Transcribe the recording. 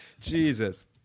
Jesus